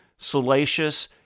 salacious